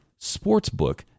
sportsbook